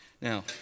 Now